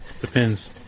depends